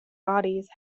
bodies